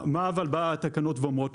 אבל מה התקנות אומרות?